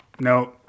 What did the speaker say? no